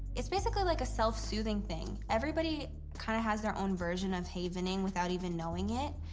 it's basically like a self-soothing thing. everybody kind of has their own version of havening without even knowing it.